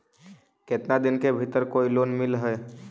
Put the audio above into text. केतना दिन के भीतर कोइ लोन मिल हइ?